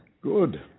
Good